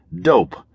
Dope